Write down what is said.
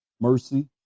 mercy